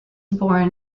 born